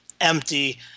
empty